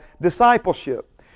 discipleship